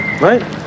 Right